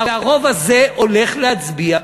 והרוב הזה הולך להצביע,